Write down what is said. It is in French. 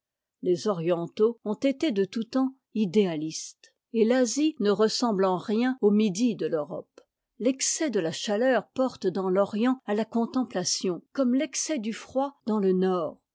les orientaux ont été de tout temps idéalistes et l'asie ne ressemble en rien au midi de l'europe l'excès de la chaleur porte dans l'orient à la contemplation comme l'excès du froid dans le nord